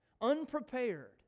unprepared